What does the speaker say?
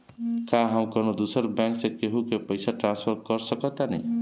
का हम कौनो दूसर बैंक से केहू के पैसा ट्रांसफर कर सकतानी?